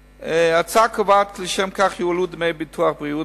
ההצעה קובעת שלשם כך יועלו דמי ביטוח בריאות